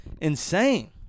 Insane